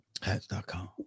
Hats.com